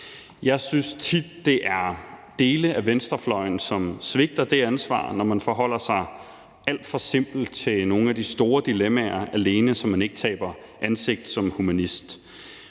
Jeg synes tit, det er dele af venstrefløjen, som svigter det ansvar, når man forholder sig alt for simpelt til nogle af de store dilemmaer, alene for ikke at tabe ansigt som humanist.